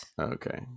Okay